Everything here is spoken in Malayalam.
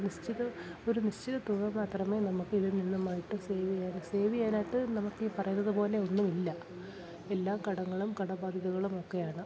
നിശ്ചിത ഒരു നിശ്ചിത തുക മാത്രമേ നമുക്ക് ഇതിൽ നിന്നുമായിട്ട് സേവ് ചെയ്യാൻ സേവ് ചെയ്യാനായിട്ട് നമുക്ക് ഈ പറയുന്നത് പോലെ ഒന്നും ഇല്ല എല്ലാ കടങ്ങളും കടബാധ്യതകളും ഒക്കെയാണ്